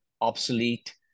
obsolete